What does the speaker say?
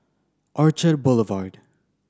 Orchard Boulevard